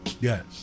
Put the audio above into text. Yes